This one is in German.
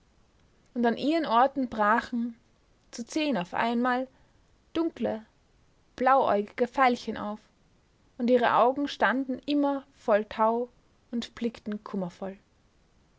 und an ihren orten brachen zu zehn auf einmal dunkle blauäugige veilchen auf und ihre augen standen immer voll tau und blickten kummervoll